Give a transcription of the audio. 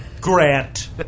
Grant